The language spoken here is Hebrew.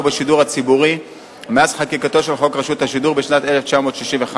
בשידור הציבורי מאז חקיקתו של חוק רשות השידור בשנת 1965,